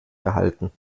erhalten